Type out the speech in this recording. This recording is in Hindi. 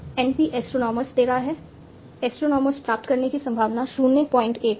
NP एस्ट्रोनोमर्स दे रहा है एस्ट्रोनोमर्स प्राप्त करने की संभावना 01 है